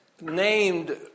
named